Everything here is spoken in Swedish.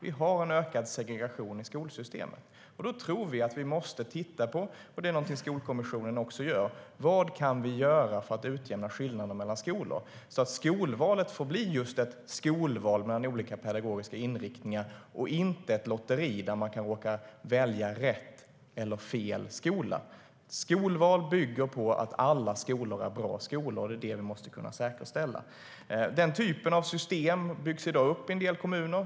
Vi har en ökad segregation i skolsystemet, och då tror vi, vilket Skolkommissionen också gör, att vi måste titta på vad vi kan göra för att utjämna skillnaderna mellan skolor så att skolvalet får bli just ett skolval mellan olika pedagogiska inriktningar och inte ett lotteri där man kan råka välja rätt eller fel skola. Skolval bygger på att alla skolor är bra, och det måste vi kunna säkerställa. Denna typ av system byggs i dag upp i en del kommuner.